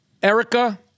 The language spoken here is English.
Erica